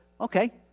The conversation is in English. okay